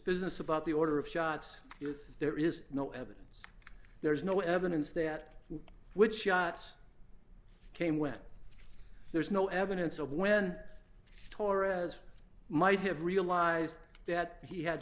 business about the order of shots if there is no evidence there is no evidence that would shots came when there's no evidence of when torres might have realized that he had